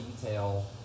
detail